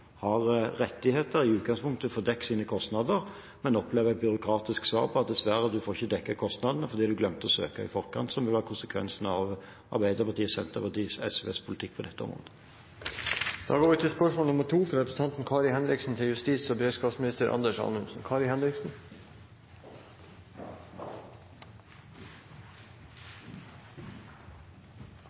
har rettigheter i utgangspunktet til å få dekket sine kostnader, at en opplever et byråkratisk svar: Dessverre, du får ikke dekket kostnadene, fordi du glemte å søke i forkant, som jo er konsekvensene av Arbeiderpartiet, Senterpartiet og SVs politikk på dette området.